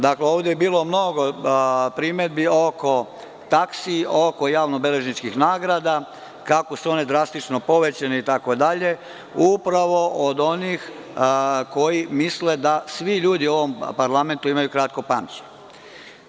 Dakle, ovde je bilo mnogo primedbi oko taksi, oko javno beležničkih naknada, kako su one drastično povećane itd, a upravo od onih koji misle da svi ljudi u ovom parlamentu imaju kratko pamćenje.